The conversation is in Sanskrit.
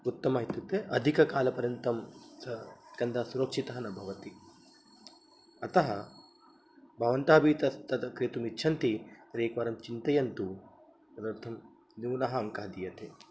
उत्तमः इत्युक्ते अधिककालपर्यन्तं सः गन्धः सुरक्षितः न भवति अतः भवन्तः अपि तत् तद् क्रेतुम् इच्छन्ति तर्हि एकवारं चिन्तयन्तु तदर्थं न्यूनाः अङ्काः दीयन्ते